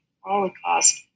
Holocaust